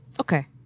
Okay